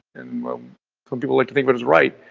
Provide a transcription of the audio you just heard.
and some people like to think what is right.